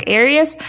areas